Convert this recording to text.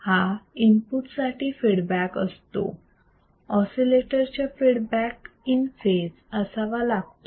हा इनपुट साठी फीडबॅक असतो ऑसिलेटर मध्ये फीडबॅक इन फेज असावा लागतो